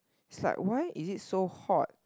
is like why is it so hot